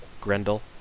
Grendel